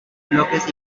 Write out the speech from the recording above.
bloques